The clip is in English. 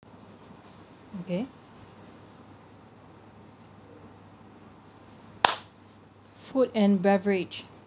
okay food and beverage